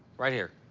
right here.